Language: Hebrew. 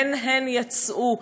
שממנו הן יצאו.